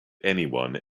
anyone